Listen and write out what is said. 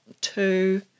two